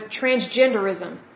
transgenderism